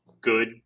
good